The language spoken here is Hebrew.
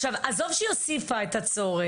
עכשיו, עזוב שהיא הוסיפה את הצורך.